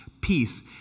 peace